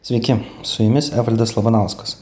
sveiki su jumis evaldas labanauskas